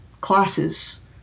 classes